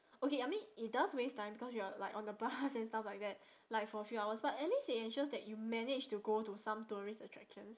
okay I mean it does waste time because you're like on the bus and stuff like that like for a few hours but at least it ensures that you manage to go to some tourist attractions